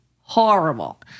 horrible